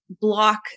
block